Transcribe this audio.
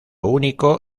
único